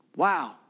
Wow